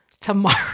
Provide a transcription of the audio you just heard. tomorrow